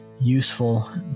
useful